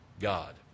God